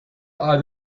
are